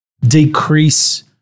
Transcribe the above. decrease